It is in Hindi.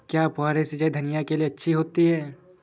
क्या फुहारी सिंचाई धनिया के लिए अच्छी होती है?